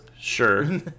Sure